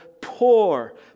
poor